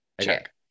Check